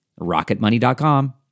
Rocketmoney.com